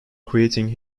creating